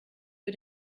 für